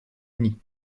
uni